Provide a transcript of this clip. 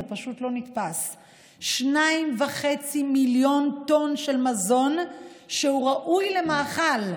זה פשוט לא נתפס: 2.5 מיליון טונה של מזון שהוא ראוי למאכל,